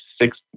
six